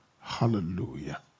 Hallelujah